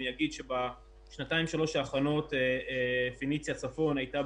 אני אגיד שבשנתיים-שלוש האחרונות "פניציה" צפון הייתה